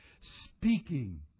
speaking